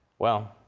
well,